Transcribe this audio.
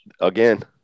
Again